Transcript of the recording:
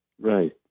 Right